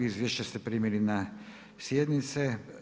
Izvješće ste primili na sjednice.